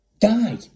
die